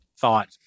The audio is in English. thought